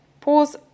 pause